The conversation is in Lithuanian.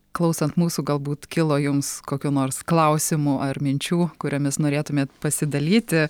klausant mūsų galbūt kilo jums kokių nors klausimų ar minčių kuriomis norėtumėt pasidalyti